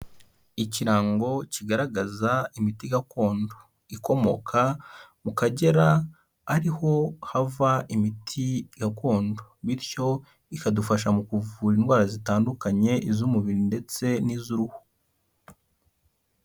Ikirango kigaragaza imiti gakondo ikomoka mu Kagera ariho hava imiti gakondo. Bityo ikadufasha mu kuvura indwara zitandukanye, iz'umubiri ndetse n'iz'uruhu.